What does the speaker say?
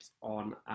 on